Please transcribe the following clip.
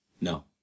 No